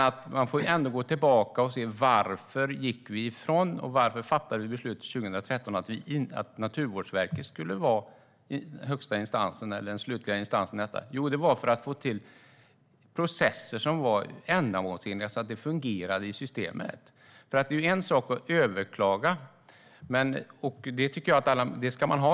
Låt oss gå tillbaka och se varför vi 2013 fattade beslut om att Naturvårdsverket skulle vara den slutliga instansen i detta. Jo, det var för att få till processer som var ändamålsenliga så att det fungerar i systemet. Det är en sak att överklaga, och den rätten ska man ha.